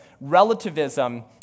relativism